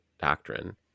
doctrine